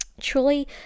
truly